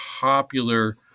popular